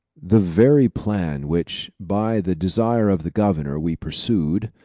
the very plan which, by the desire of the governor, we pursued,